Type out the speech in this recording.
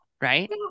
Right